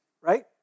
right